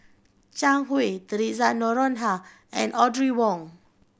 Zhang Hui Theresa Noronha and Audrey Wong